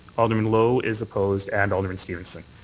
alderman lowe is opposed and alderman stevenson.